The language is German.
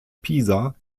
pisa